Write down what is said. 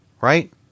Right